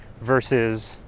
versus